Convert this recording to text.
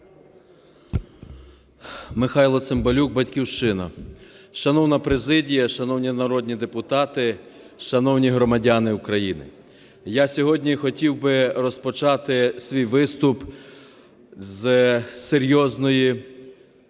Михайло Цимбалюк, "Батьківщина". Шановна президія, шановні народні депутати, шановні громадяни України! Я сьогодні хотів би розпочати свій виступ з серйозної